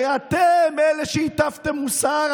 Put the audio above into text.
הרי אתם אלה שהטפתם מוסר.